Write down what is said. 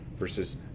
versus